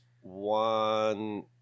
one